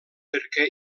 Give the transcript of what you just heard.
perquè